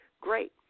great